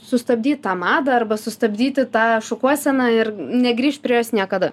sustabdyt tą madą arba sustabdyti tą šukuoseną ir negrįžt prie jos niekada